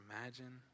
imagine